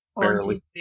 Barely